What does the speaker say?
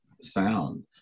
sound